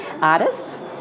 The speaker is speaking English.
artists